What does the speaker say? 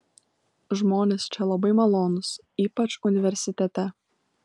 žmonės čia labai malonūs ypač universitete